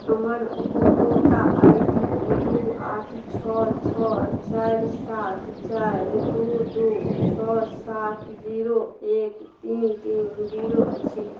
हमर उपभोक्ता I D दुइ आठ छओ छओ चारि सात चारि दुइ दुइ छओ सात जीरो एक तीन तीन जीरो अछि